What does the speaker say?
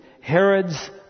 Herod's